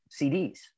CDs